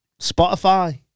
spotify